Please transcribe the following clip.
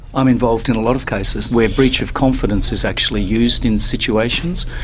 i'm involved in a lot of cases where breach of confidence is actually used in situations,